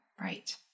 Right